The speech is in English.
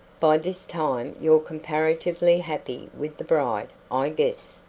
by this time you're comparatively happy with the bride, i guess.